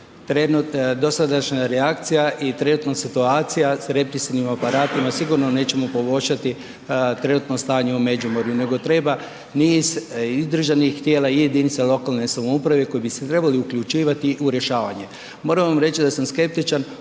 vidu da dosadašnja reakcija i trenutna situacija sa represivnim aparatima sigurno nećemo poboljšati trenutno stanje u Međimurju, nego treba niz i državnih tijela i jedinica lokalne samoupravne koje bi se trebali uključivati u rješavanje. Moram vam reći da sam skeptičan